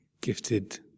gifted